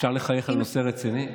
אפשר לחייך על נושא רציני?